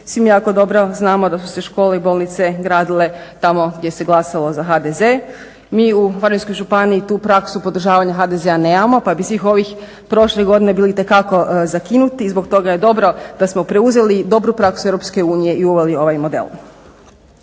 Svi mi jako dobro znamo da su se škole i bolnice gradile tamo gdje se glasalo za HDZ. Mi u Varaždinskoj županiji tu praksu podržavanja HDZ-a nemamo pa bi svih ovih prošlih godina bili itekako zakinuti i zbog toga je dobro da smo preuzeli dobru praksu EU i uveli ovaj model.